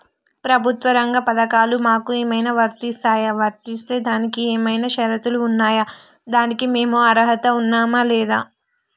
ప్రభుత్వ రంగ పథకాలు మాకు ఏమైనా వర్తిస్తాయా? వర్తిస్తే దానికి ఏమైనా షరతులు ఉన్నాయా? దానికి మేము అర్హత ఉన్నామా లేదా?